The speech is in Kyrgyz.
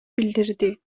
билдирди